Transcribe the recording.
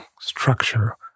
structure